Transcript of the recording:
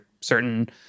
certain